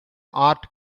art